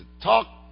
talk